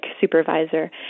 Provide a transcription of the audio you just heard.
supervisor